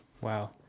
Wow